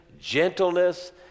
gentleness